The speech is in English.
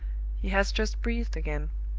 he has just breathed again.